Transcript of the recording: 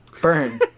Burn